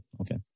Okay